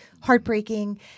heartbreaking